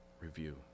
Review